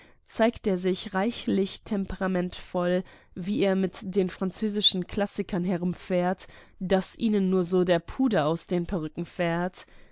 zeigt er sich reichlich temperamentvoll wie er mit den französischen klassikern herumfährt daß ihnen nur so der puder aus den perücken fährt